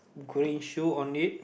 green shoe on it